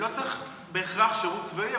לא צריך בהכרח שירות צבאי,